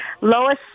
Lois